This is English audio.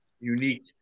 unique